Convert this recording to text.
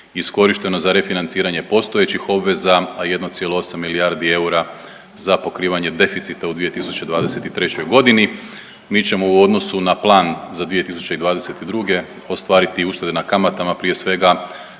iskorišteno za refinanciranje postojećih obveza, a 1,8 milijardi eura za pokrivanje deficita u 2023. godini. Mi ćemo u odnosu na plan za 2022. ostvariti uštede na kamatama prije svega